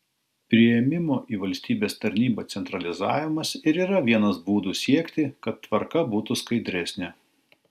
priėmimo į valstybės tarnybą centralizavimas ir yra vienas būdų siekti kad tvarka būtų skaidresnė